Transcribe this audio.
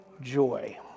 joy